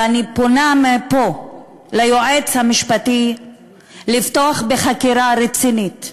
ואני פונה מפה ליועץ המשפטי לפתוח בחקירה רצינית,